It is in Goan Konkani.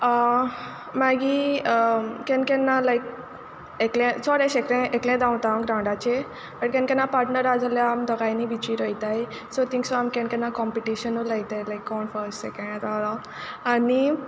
मागीर केन्ना केन्ना लायक एकल्या चोड एशे एकलें धांवता हांव ग्रावंडाचे बट केन्ना केन्ना पार्टनर आसा जाल्यार आमी दोगांयनी बिचीर वोयताय सो थिंगसून आमी केन्ना कंम्पिटिशनू लायताय लायक कोण फस्ट सेकँड येतलो आनी